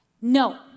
No